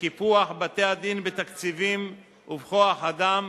קיפוח בתי-הדין בתקציבים ובכוח-אדם